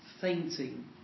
fainting